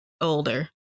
older